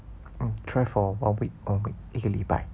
try for one week one week 一个礼拜